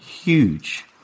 huge